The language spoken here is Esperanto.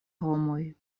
homoj